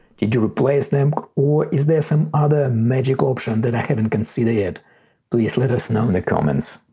did you replace them or is there some other magic option that i haven't considered yet please let us know in the comments.